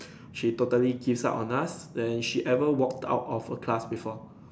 she totally gives up on us then she ever walked out of a class before